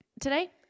today